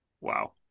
Wow